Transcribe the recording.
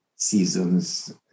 Seasons